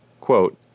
Quote